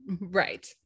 Right